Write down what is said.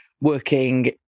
working